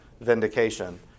vindication